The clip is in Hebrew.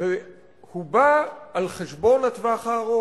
והוא בא על חשבון הטווח הארוך,